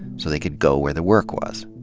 so they could go where the work was.